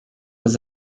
was